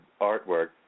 artwork